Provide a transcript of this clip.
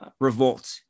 revolt